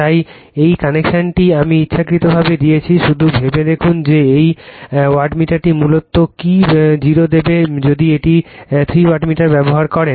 তাই এই কানেকশনটি আমি ইচ্ছাকৃতভাবে দিয়েছি শুধু ভেবে দেখুন যে এই ওয়াটমিটারটি মূলত কি 0 দেবে যদি একটি 3 ওয়াটমিটার ব্যবহার করেন